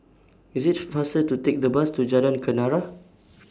IT IS faster to Take The Bus to Jalan Kenarah